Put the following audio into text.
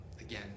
Again